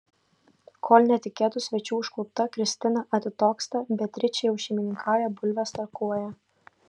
kol netikėtų svečių užklupta kristina atitoksta beatričė jau šeimininkauja bulves tarkuoja